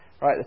Right